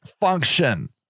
function